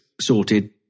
sorted